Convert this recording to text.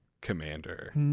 commander